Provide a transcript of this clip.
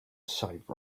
save